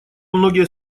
многие